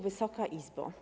Wysoka Izbo!